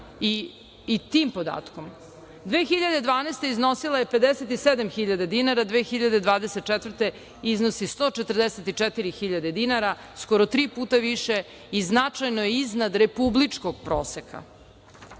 i tim podatkom. Godine 2012. iznosila je 57.000 dinara, 2024. godine iznosi 144.000 dinara, skoro tri puta više i značajno je iznad republičkog proseka.U